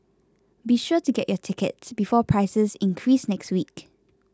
be sure to get your tickets before prices increase next week